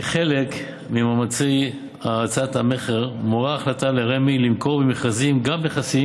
כחלק ממאמצי האצת המכר מורה ההחלטה לרמ"י למכור במכרזים גם נכסים